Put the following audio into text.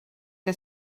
que